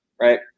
right